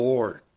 Lord